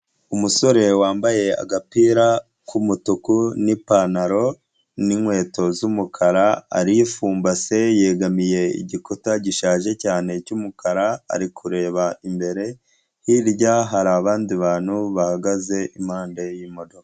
Umusore wambaye agapira k'umutuku n'ipantaro n'inkweto z'umukara, ari fumbase yegamiye igikuta gishaje cyane cy'umukara ari kureba imbere, hirya hari abandi bantu bahagaze impande y'imodoka.